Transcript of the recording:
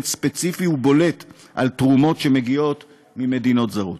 ספציפי ובולט על תרומות שמגיעות ממדינות זרות.